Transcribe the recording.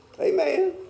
Amen